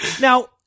Now